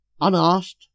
unasked